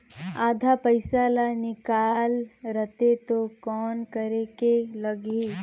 आधा पइसा ला निकाल रतें तो कौन करेके लगही?